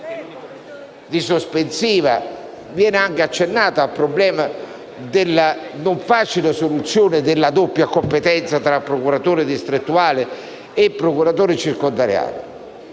sospensiva viene anche accennato al problema della non facile soluzione della doppia competenza tra procuratore distrettuale e procuratore circondariale.